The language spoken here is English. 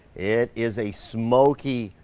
it is a smoky,